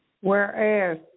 whereas